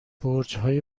برجهای